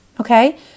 Okay